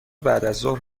بعدازظهر